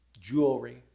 jewelry